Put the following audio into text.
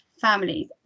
families